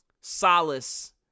solace